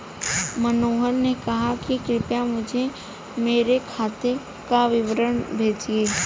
मनोहर ने कहा कि कृपया मुझें मेरे खाते का विवरण भेजिए